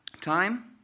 time